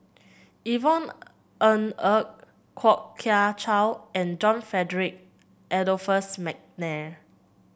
Yvonne Ng Uhde Kwok Kian Chow and John Frederick Adolphus McNair